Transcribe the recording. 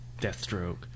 Deathstroke